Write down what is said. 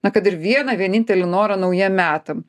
na kad ir vieną vienintelį norą naujiem metam